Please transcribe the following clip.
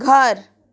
घर